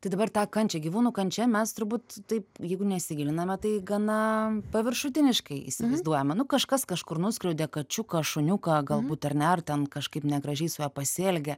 tai dabar tą kančią gyvūnų kančia mes turbūt taip jeigu nesigiliname tai gana paviršutiniškai įsivaizduojame nu kažkas kažkur nuskriaudė kačiuką šuniuką galbūt ar ne ar ten kažkaip negražiai su juo pasielgė